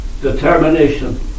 Determination